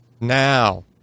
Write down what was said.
Now